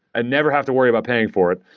and never have to worry about paying for it.